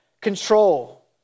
control